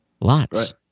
Lots